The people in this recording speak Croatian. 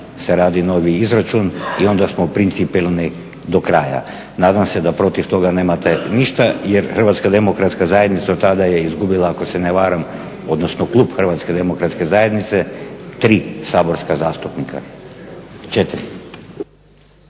se radi novi izračun i onda smo principijelni do kraja. Nadam se da protiv toga nemate ništa jer HDZ tada je izgubila, ako se ne varam, odnosno klub HDZ-a, 3 saborska zastupnika, 4.